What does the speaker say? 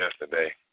yesterday